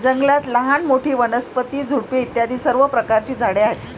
जंगलात लहान मोठी, वनस्पती, झुडपे इत्यादी सर्व प्रकारची झाडे आहेत